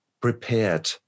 Prepared